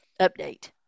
update